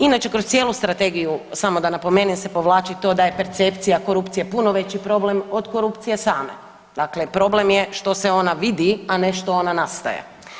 Inače kroz cijelu strategiju, samo da napomenem se povlači to da je percepcija korupcije puno veći problem od korupcije same, dakle problem je što se ona vidi, a ne što ona nastaje.